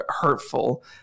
hurtful